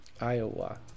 Iowa